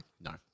No